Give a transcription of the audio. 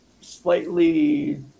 slightly